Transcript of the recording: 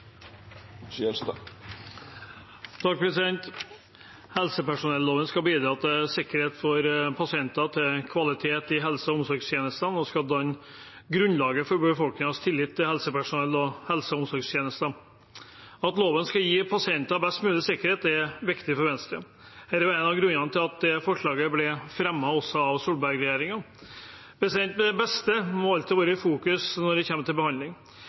Helsepersonelloven skal bidra til sikkerhet for pasienter og kvalitet i helse- og omsorgstjenesten og skal danne grunnlaget for befolkningens tillit til helsepersonell og helse- og omsorgstjenesten. At loven skal gi pasienter best mulig sikkerhet, er viktig for Venstre. Dette var en av grunnene til at forslaget ble fremmet også av Solberg-regjeringen. Det beste må alltid være i fokus når det gjelder behandling. Det er i dag mange ulike grupper helsepersonell som utfører ulike behandlinger til